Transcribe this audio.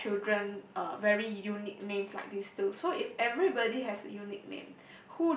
their children uh very unique names like these two so if everybody has a unique name